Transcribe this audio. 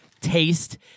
taste